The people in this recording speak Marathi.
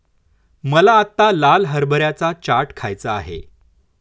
मला आत्ता लाल हरभऱ्याचा चाट खायचा आहे